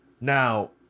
Now